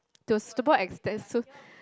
to a suitable extent so